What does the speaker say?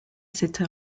cette